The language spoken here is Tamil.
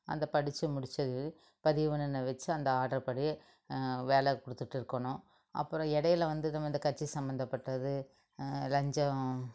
அந்த படித்து முடிச்சது பதிவு பண்ணுனது வச்சு அந்த ஆடர் படி வேலை கொடுத்துட்டு இருக்கணும் அப்புறம் இடையில வந்து இந்த கட்சி சம்மந்தப்பட்டது லஞ்சம்